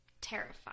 terrified